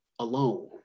alone